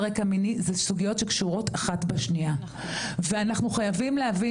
רקע מיני זה סוגיות שקשורות אחת בשנייה ואנחנו חייבים להבין